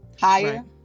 higher